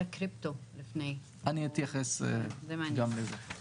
זה גם הפקת לקחים מוועדת כבל,